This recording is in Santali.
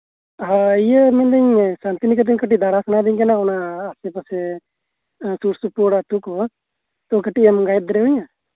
ᱦᱳᱭ ᱤᱭᱟᱹ ᱢᱮᱱᱫᱟᱹᱧ ᱥᱟᱱᱛᱤᱠᱮᱛᱚᱱ ᱠᱟᱹᱴᱤᱡ ᱫᱟᱬᱟ ᱥᱟᱱᱟᱭᱤᱫᱤᱧ ᱠᱟᱱᱟ ᱚᱱᱟ ᱟᱥᱮ ᱯᱟᱥᱮ ᱥᱩᱨ ᱥᱩᱯᱩᱨ ᱟᱛᱩ ᱠᱚ ᱛᱳ ᱠᱟᱹᱴᱤᱡ ᱮᱢ ᱜᱟᱭᱤᱰ ᱫᱟᱲᱮᱭᱟᱧᱟᱹ